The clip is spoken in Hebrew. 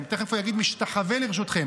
תכף הוא יגיד: משתחווה לרשותכם,